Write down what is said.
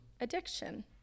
addiction